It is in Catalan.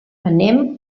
anem